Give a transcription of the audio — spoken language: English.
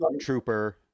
Trooper